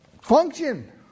function